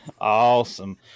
awesome